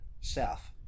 South